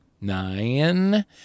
nine